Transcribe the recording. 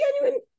genuine